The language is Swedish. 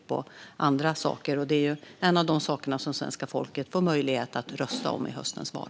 Det är bland annat detta svenska folket får möjlighet att rösta om i höstens val.